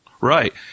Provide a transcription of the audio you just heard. Right